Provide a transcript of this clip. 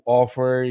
offer